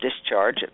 discharge